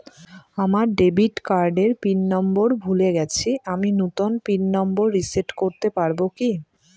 আমার ডেবিট কার্ডের PIN number ভুলে গেছি আমি নূতন পিন নম্বর রিসেট করতে পারবো কি?